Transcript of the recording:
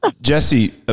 Jesse